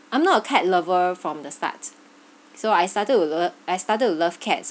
I'm not a cat lover from the start so I started to love I started love cats